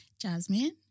Jasmine